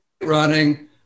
running